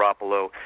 Garoppolo